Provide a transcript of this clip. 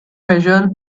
measure